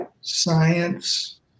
science